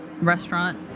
restaurant